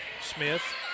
Smith